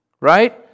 right